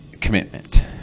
commitment